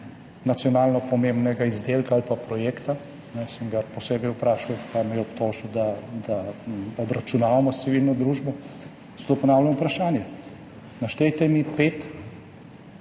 nacionalno pomembnega izdelka ali pa projekta. Sem ga posebej vprašal, pa me je obtožil, da obračunavamo s civilno družbo. Zato ponavljam vprašanje: Naštejte mi pet